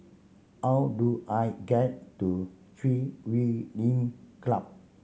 how do I get to Chui Huay Lim Club